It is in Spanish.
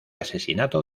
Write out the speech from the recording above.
asesinato